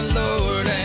lord